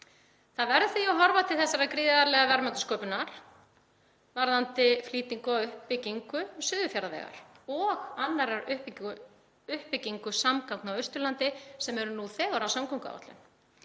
Það verður því að horfa til þessarar gríðarlegu verðmætasköpunar varðandi flýtingu á uppbyggingu Suðurfjarðavegar og annarri uppbyggingu samgangna á Austurlandi sem er nú þegar á samgönguáætlun.